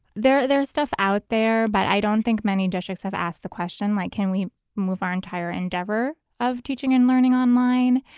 there there's stuff out there, but i don't think many districts have asked the question like can we move our entire endeavor of teaching and learning online?